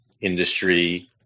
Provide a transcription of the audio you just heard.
industry